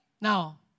Now